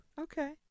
Okay